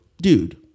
dude